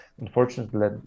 Unfortunately